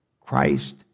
Christ